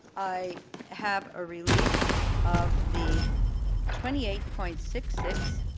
i have a release of the twenty eight point six six